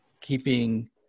keeping